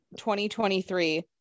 2023